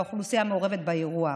האוכלוסייה המעורבת באירוע.